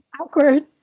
awkward